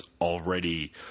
already